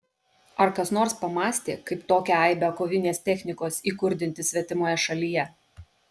ar kas nors pamąstė kaip tokią aibę kovinės technikos įkurdinti svetimoje šalyje